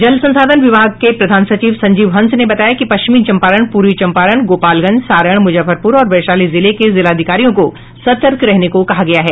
जल संसाधन विभाग के प्रधान सचिव संजीव हंस ने बताया कि पश्चिमी चंपारण पूर्वी चंपारण गोपालगंज सारण मुजफ्फरपुर और वैशाली जिले के जिलाधिकारियों को सतर्क रहने को कहा गया है